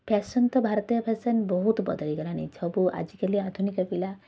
fashion ତ ଭାରତୀୟ fashion ବହୁତ ବଦଳିଗଲାଣି ସବୁ ଆଜିକାଲି ଆଧୁନିକ ପିଲା